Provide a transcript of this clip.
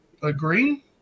Agree